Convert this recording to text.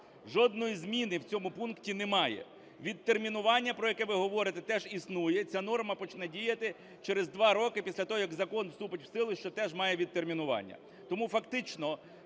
Жодної зміни в цьому пункті немає. Відтермінування, про яке ви говорите, теж існує, ця норма почне діяти через 2 роки після того, як закон вступить в силу, що теж має відтермінування.